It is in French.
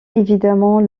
évidemment